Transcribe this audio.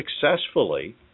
successfully